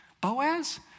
Boaz